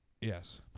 Yes